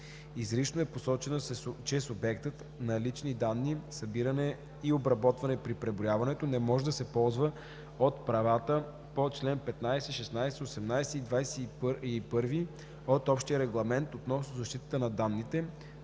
Изрично е посочено, че субектът на лични данни, събирани и обработвани при преброяването, не може да се ползва от правата по чл. 15, 16, 18 и 21 от Общия регламент относно защитата на данните